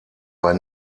bei